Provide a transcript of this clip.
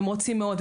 הם רוצים מאוד.